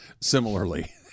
similarly